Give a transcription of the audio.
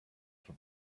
for